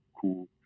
cool